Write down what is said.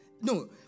No